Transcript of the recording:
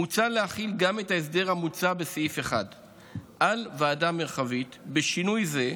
מוצע להחיל את ההסדר המוצע בסעיף 1 גם על ועדה מרחבית בשינוי זה: